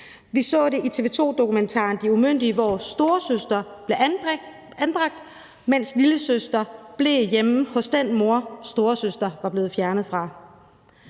Vi så det i TV 2-dokumentaren »De umyndige«, hvor storesøster blev anbragt, mens lillesøster blev hjemme hos den mor, storesøster var blevet fjernet fra.